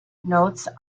notes